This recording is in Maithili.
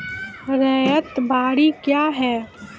रैयत बाड़ी क्या हैं?